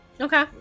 Okay